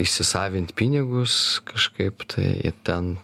įsisavint pinigus kažkaip tai ten